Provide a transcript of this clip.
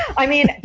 i mean,